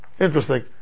Interesting